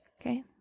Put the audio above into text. Okay